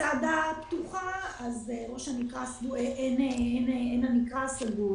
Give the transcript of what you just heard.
מצדה פתוחה אבל עין הנקרא סגור.